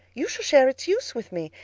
you shall share its use with me.